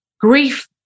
grief